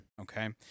Okay